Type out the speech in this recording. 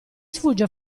sfugge